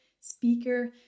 speaker